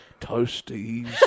toasties